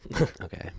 Okay